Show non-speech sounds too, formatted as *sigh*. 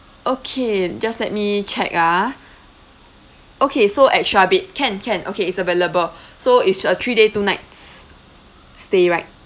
okay just let me check ah okay so extra bed can can okay it's available *breath* so it's a three day two nights stay right